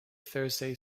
thursday